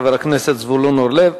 חבר הכנסת זבולון אורלב.